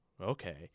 Okay